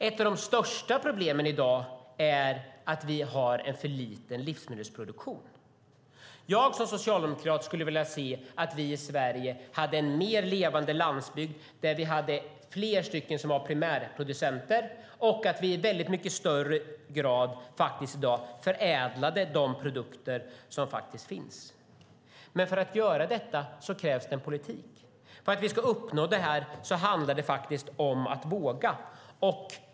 Ett av de största problemen i dag är att vi har en för liten livsmedelsproduktion. Jag som socialdemokrat skulle vilja se att Sverige har en mer levande landsbygd med fler primärproducenter och att de produkter som finns förädlas i större grad. Men för att göra detta krävs det en politik. För att vi ska uppnå detta handlar det om att våga.